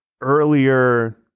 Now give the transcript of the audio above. earlier